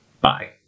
Bye